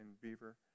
Beaver